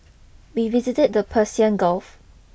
we visited the Persian Gulf